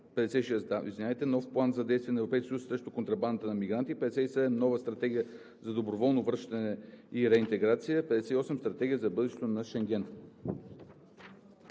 инициативи 56. Нов план за действие на Европейския съюз срещу контрабандата на мигранти. 57. Нова стратегия за доброволно връщане и реинтеграция. 58. Стратегия за бъдещето на Шенген.